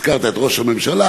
הזכרת את ראש הממשלה,